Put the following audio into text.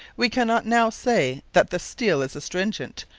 we cannot now say, that the steele is astringent,